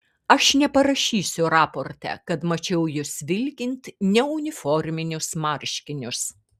aš neparašysiu raporte kad mačiau jus vilkint neuniforminius marškinius